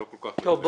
בסדר.